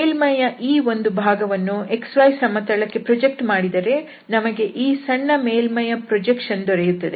ಮೇಲ್ಮೈಯ ಈ ಒಂದು ಭಾಗವನ್ನು xy ಸಮತಲಕ್ಕೆ ಪ್ರೊಜೆಕ್ಟ್ ಮಾಡಿದರೆ ನಮಗೆ ಈ ಸಣ್ಣ ಮೇಲ್ಮೈ ಯ ಪ್ರೊಜೆಕ್ಷನ್ ದೊರೆಯುತ್ತದೆ